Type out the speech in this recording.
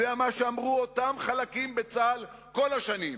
זה מה שאמרו אותם חלקים בצה"ל כל השנים: